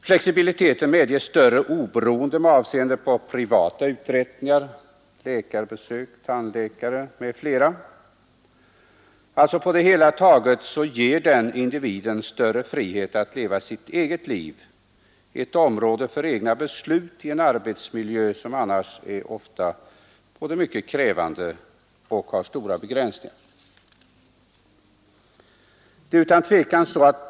Flexibiliteten medger större oberoende med avseende på privata uträttningar, besök hos läkare, tandläkare osv. På det hela taget får individen större frihet att leva sitt eget liv, ett område för egna beslut i en arbetsmiljö som är fylld av krav och begränsningar.